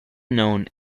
known